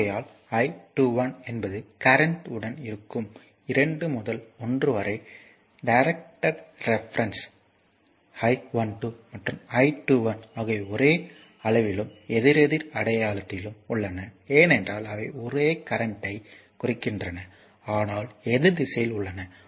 ஆகையால் I21 என்பது current உடன் இருக்கும் 2 முதல் 1 வரை டைரக்டட் ரெபரென்ஸ் I12 மற்றும் I21 ஆகியவை ஒரே அளவிலும் எதிரெதிர் அடையாளத்திலும் உள்ளன ஏனென்றால் அவை ஒரே கரண்ட்யைக் குறிக்கின்றன ஆனால் எதிர் திசையில் உள்ளன